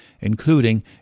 including